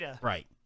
Right